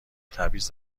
تبعیض